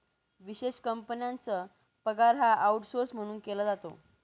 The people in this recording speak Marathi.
विशेष कंपन्यांचा पगार हा आऊटसौर्स म्हणून केला जातो